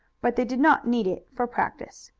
but they did not need it for practice.